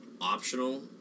optional